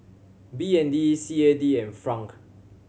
B N D C A D and franc